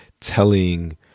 telling